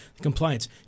compliance